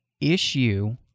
issue